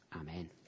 Amen